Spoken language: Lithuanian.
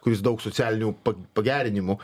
kuris daug socialinių pa pagerinimų